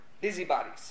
busybodies